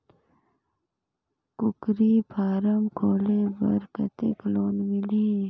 कूकरी फारम खोले बर कतेक लोन मिलही?